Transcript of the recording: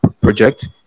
project